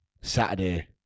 Saturday